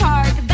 Park